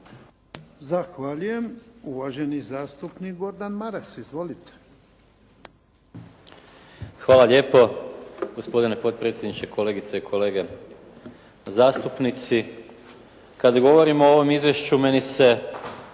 Zahvaljujem. Uvaženi zastupnik Gordan Maras. Izvolite. **Maras, Gordan (SDP)** Hvala lijepo gospodine potpredsjedniče, kolegice i kolege zastupnici. Kad govorimo o ovom Izvješću meni se